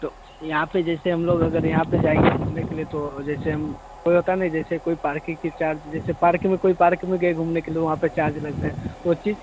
तो यहाँ पर जैसे हम लोग अगर यहाँ पर जाएँगे घूमने के लिए तो जैसे हम वह होता है ना जैसे कोई पार्की के चार्ज जैसे पार्के में कोई पार्क में गए घूमने के लिए वहाँ पर चार्ज लगता है वो चीज़